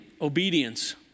obedience